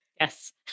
Yes